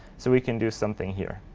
so we can do something here.